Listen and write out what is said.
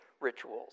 rituals